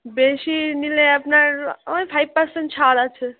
বেশি নিলে আপনার ওই ফাইভ পার্সেন্ট ছাড় আছে